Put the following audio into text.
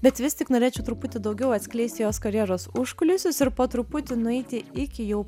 bet vis tik norėčiau truputį daugiau atskleisti jos karjeros užkulisius ir po truputį nueiti iki jau